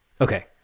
Okay